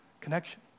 connection